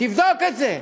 תבדוק את זה.